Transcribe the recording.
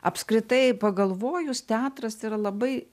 apskritai pagalvojus teatras yra labai